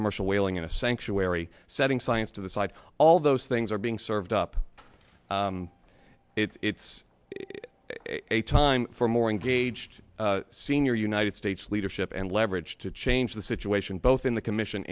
commercial whaling in a sanctuary setting science to the side all those things are being served up it's a time for more engaged senior united states leadership and leverage to change the situation both in the commission